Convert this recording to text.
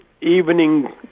evening